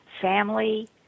family